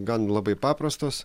gan labai paprastos